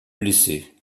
blessé